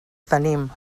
tenim